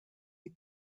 die